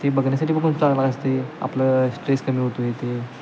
ते बघण्यासाठी पण खूप चांगलं असते आपलं स्ट्रेस कमी होतो आहे ते